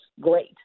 great